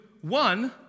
one